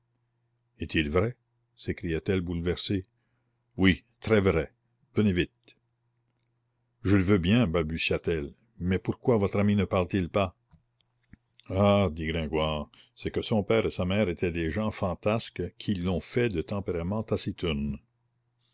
est-il vrai s'écria-t-elle bouleversée oui très vrai venez vite je le veux bien balbutia-t-elle mais pourquoi votre ami ne parle-t-il pas ah dit gringoire c'est que son père et sa mère étaient des gens fantasques qui l'ont fait de tempérament